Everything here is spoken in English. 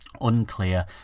Unclear